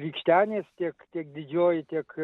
rykštenės tiek tiek didžioji tiek